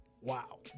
wow